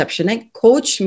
Coach